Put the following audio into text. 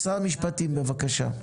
משרד המשפטים, בבקשה.